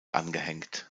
angehängt